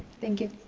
thank you.